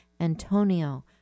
Antonio